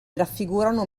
raffigurano